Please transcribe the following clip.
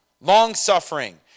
Long-suffering